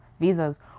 visas